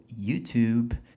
YouTube